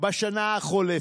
בשנה החולפת.